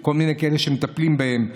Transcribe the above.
כל מיני כאלה שמטפלים בהם.